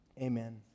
amen